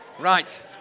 right